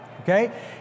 Okay